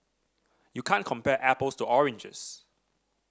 you can't compare apples to oranges